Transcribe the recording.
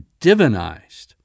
divinized